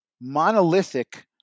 monolithic